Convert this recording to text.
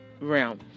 realm